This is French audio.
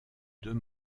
deux